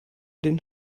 den